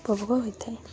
ଉପଭୋଗ ହୋଇଥାଏ